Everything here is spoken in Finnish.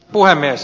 puhemies